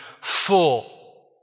full